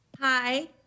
Hi